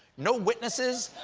no witnesses.